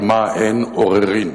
על מה אין עוררין.